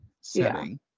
setting